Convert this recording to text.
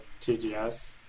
TGS